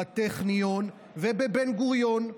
בטכניון ובבן-גוריון.